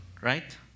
right